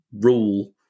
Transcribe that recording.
rule